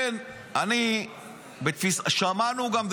שמענו גם,